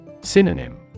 Synonym